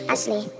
Ashley